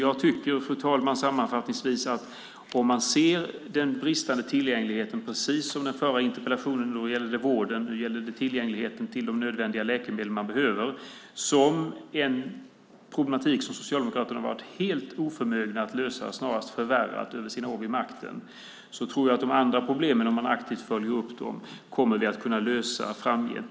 Jag tycker sammanfattningsvis, fru talman, att man kan se den bristande tillgängligheten - den förra interpellationen gällde vården, och nu gäller det de nödvändiga läkemedel man behöver - som en problematik som Socialdemokraterna har varit helt oförmögna att lösa utan snarast har förvärrat under sina år vid makten. Jag tror att vi kommer att kunna lösa de andra problemen framgent om vi aktivt följer upp dem.